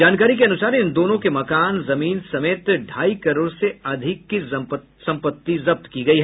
जानकारी के अनुसार इन दोनों के मकान जमीन समेत ढाई करोड़ से अधिक की संपत्ति जब्त की गयी